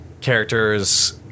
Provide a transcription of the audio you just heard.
characters